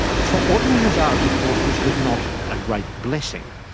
for ordinary hazaras, of course, this was not a great blessing.